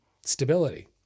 Stability